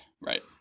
Right